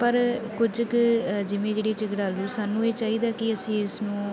ਪਰ ਕੁਝ ਕੁ ਜਿਵੇਂ ਜਿਹੜੇ ਝਗੜਾਲੂ ਸਾਨੂੰ ਇਹ ਚਾਹੀਦਾ ਕਿ ਅਸੀਂ ਇਸ ਨੂੰ